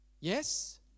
Yes